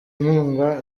inkunga